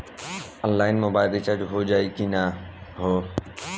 Online mobile recharge हो जाई की ना हो?